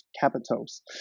capitals